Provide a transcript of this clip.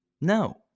No